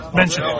mention